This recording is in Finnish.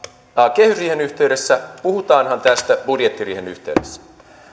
kehysriihen yhteydessä puhutaanhan tästä budjettiriihen yhteydessä